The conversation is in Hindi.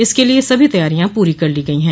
इसक लिए सभी तैयारियां पूरी कर ली गई है